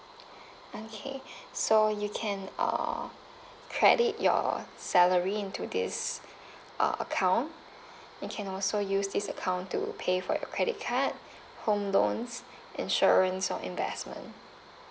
okay so you can uh credit your salary into this uh account you can also use this account to pay for your credit card home loans insurance or investment